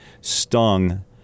stung